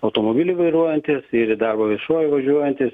automobilį vairuojantis ir į darbą viešuoju važiuojantis